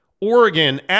Oregon